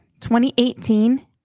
2018